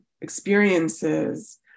experiences